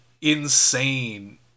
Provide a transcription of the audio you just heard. insane